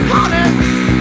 Honey